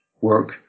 work